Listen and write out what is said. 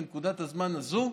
בנקודת הזמן הזאת,